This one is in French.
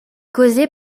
causée